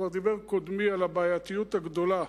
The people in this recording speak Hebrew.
כבר דיבר קודמי על הבעייתיות הגדולה.